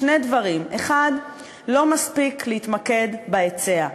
שני דברים: 1. לא מספיק להתמקד בהיצע,